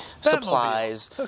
supplies